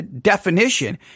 definition